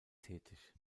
tätig